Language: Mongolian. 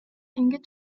ингэж